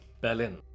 Berlin